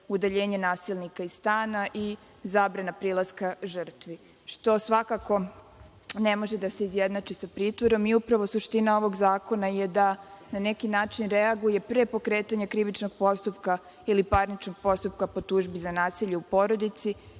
udaljenje nasilnika iz stana i zabrana prilaska žrtvi. Što svakako ne može da se izjednači sa pritvorom i upravo suština ovog zakona je da na neki način reaguje pre pokretanja krivičnog postupka ili parničnog postupka po tužbi za nasilje u porodici,